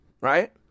Right